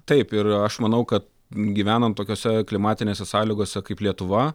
taip ir aš manau kad gyvenant tokiose klimatinėse sąlygose kaip lietuva